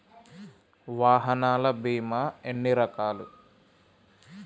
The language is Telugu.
వాహనాల బీమా ఎన్ని రకాలు?